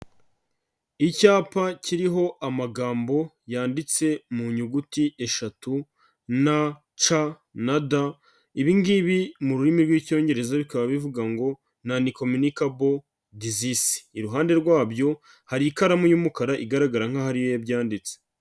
Icyapa kiriho amagambo yanditse mu nyuguti eshatu N, C na D, ibi ngibi mu rurimi rw'Icyongereza bikaba bivuga ngo non-communicable diseases, iruhande rwabyo hari ikaramu y'umukara igaragara nkaho ari yo yabyanditse.